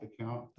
account